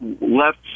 left